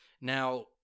Now